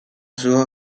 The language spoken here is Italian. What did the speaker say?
sua